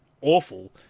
awful